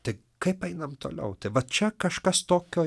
tik kaip einam toliau tai va čia kažkas tokio